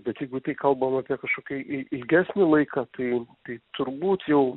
bet jeigu tai kalbam apie kažkokį i ilgesnį laiką tai tai turbūt jau